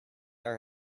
are